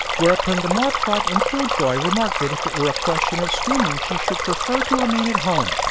whereupon the marplot and killjoy remarked that if it were a question of swimming she should prefer to remain at home,